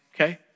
okay